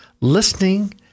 listening